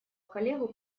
коллегу